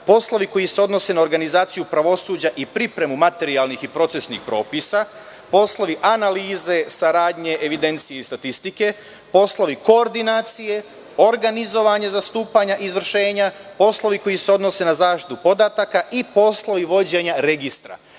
poslovi koji se odnose na organizaciju pravosuđa i pripremu materijalnih i procesnih propisa, poslovi analize, saradnje, evidencije i statistike, poslovi koordinacije, organizovanje zastupanja izvršenja, poslovi koji se odnose na zaštitu podataka i poslovi vođenja registra.